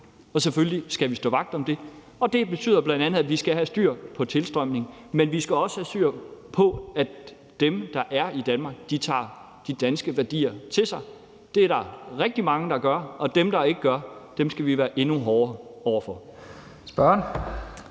og selvfølgelig skal vi stå vagt om det. Og det betyder bl.a., at vi skal have styr på tilstrømningen, men at vi også skal have styr på, at dem, der er i Danmark, tager de danske værdier til sig. Det er der også rigtig mange der gør, og dem, der ikke gør, skal vi være endnu hårdere over for.